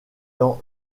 dans